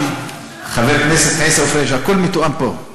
חבר הכנסת עיסאווי פריג', הכול מתואם פה.